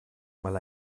mal